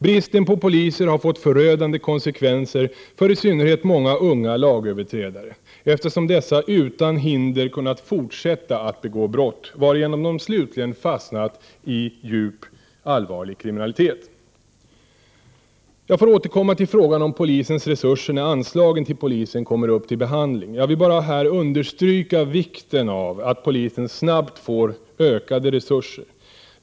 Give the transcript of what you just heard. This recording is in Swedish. Bristen på poliser har fått förödande konsekvenser för i synnerhet många unga lagöverträdare, eftersom dessa utan hinder kunnat fortsätta att begå brott, varigenom de slutligen fastnat i allvarlig kriminalitet. Jag får återkomma till frågan om polisens resurser när anslagen till polisen kommer upp till behandling. Jag vill bara här understryka vikten av att polisen snabbt får ökade resurser.